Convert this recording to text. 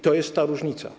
To jest ta różnica.